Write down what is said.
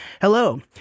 hello